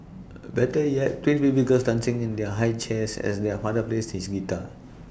better yet twin baby girls dancing in their high chairs as their father plays his guitar